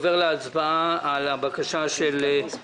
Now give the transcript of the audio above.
אנחנו באל חזור,